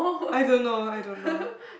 I don't know I don't know